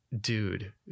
dude